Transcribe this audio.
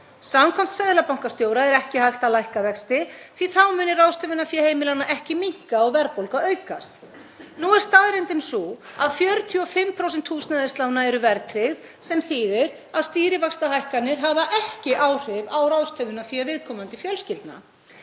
Samkvæmt seðlabankastjóra er ekki hægt að lækka vexti því að þá muni ráðstöfunarfé heimilanna ekki minnka og verðbólga aukast. Nú er staðreyndin sú að 45% húsnæðislána eru verðtryggð sem þýðir að stýrivaxtahækkanir hafa ekki áhrif á ráðstöfunarfé viðkomandi fjölskyldna.